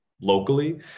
locally